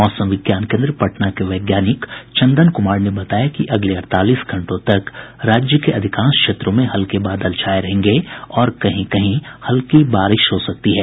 मौसम विज्ञान केंद्र पटना के वैज्ञानिक चंदन कुमार ने बताया कि अगले अड़तालीस घंटों तक राज्य के अधिकांश क्षेत्रों में हल्के बादल छाये रहेंगे और कहीं कहीं हल्की बारिश हो सकती है